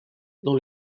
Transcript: dans